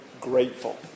grateful